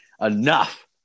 enough